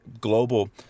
global